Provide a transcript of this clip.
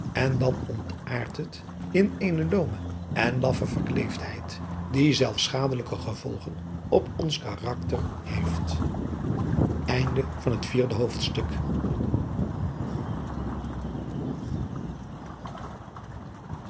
en dan ontaardt het in eene loome en laffe verkleefdheid die zelfs schadelijke gevolgen op ons karakter heest